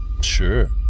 Sure